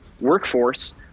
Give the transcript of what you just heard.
workforce